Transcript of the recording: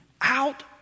out